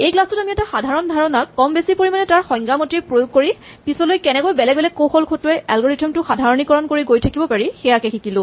এই ক্লাচ টোত আমি এটা সাধাৰণ ধাৰণাক কম বেছি পৰিমাণে তাৰ সংজ্ঞা মতেই প্ৰয়োগ কৰি পিছলৈ কেনেকৈ বেলেগ বেলেগ কৌশল খটুৱাই এলগৰিথম টো সাধাৰণীকৰণ কৰি গৈ থাকিব পাৰি সেয়াকে শিকিলো